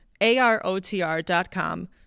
AROTR.com